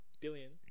billion